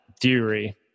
theory